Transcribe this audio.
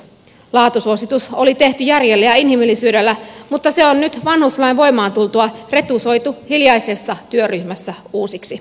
laatusuositus oli tehty järjellä ja inhimillisyydellä mutta se on nyt vanhuslain voimaan tultua retusoitu hiljaisessa työryhmässä uusiksi